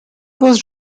was